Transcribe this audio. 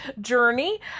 journey